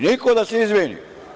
Niko da se izvini.